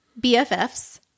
BFFs